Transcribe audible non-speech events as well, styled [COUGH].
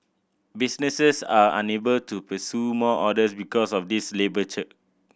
businesses are unable to pursue more orders because of this labour [UNINTELLIGIBLE]